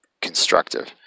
constructive